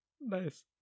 Nice